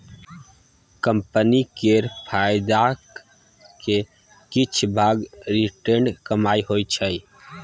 company केर फायदाक किछ भाग रिटेंड कमाइ होइ छै